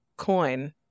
coin